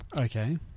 Okay